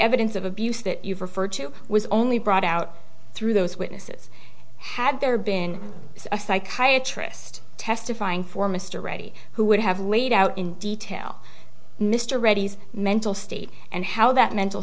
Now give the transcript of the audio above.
evidence of abuse that you referred to was only brought out through those witnesses had there been a psychiatry wrist testifying for mr reddy who would have laid out in detail mr reddy's mental state and how that mental